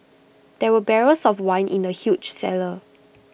there were barrels of wine in the huge cellar